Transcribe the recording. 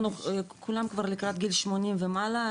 כולם כבר לקראת גיל 80 ומעלה.